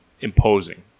imposing